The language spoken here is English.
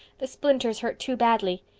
the splinters hurt too badly.